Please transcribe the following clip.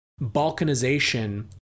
balkanization